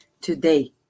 Today